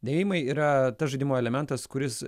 dėjimai yra tas žaidimo elementas kuris